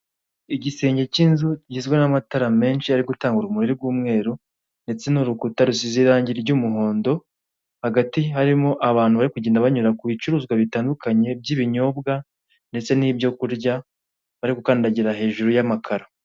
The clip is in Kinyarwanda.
Igisenge cy'inzu kigizwe n'amatara menshi ari gutanga urumuri rw'umweru ndetse n'urukuta rusize irangi ry'umuhondo, hagati harimo abantu bari kugenda banyura ku bicuruzwa bitandukanye by'ibinyobwa ndetse n'ibyo kurya, bari gukandagira hejuru y'amakara.